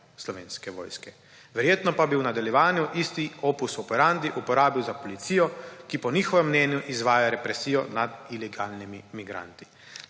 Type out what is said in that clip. slovenske vojske. Verjetno pa bi v nadaljevanju isti opus operandi za policijo, ki po njihovem mnenju izvaja represijo nad ilegalnimi migranti.